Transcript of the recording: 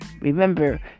remember